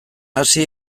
hasi